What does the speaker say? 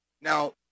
Now